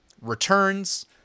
returns